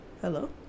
hello